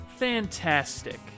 Fantastic